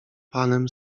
panem